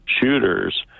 shooters